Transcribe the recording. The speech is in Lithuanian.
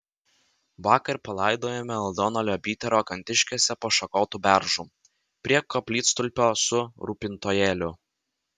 vakar palaidojome aldoną liobytę rokantiškėse po šakotu beržu prie koplytstulpio su rūpintojėliu